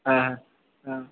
आं आं